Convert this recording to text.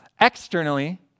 externally